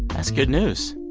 that's good news.